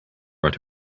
write